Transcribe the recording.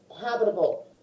habitable